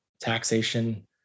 taxation